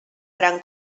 gran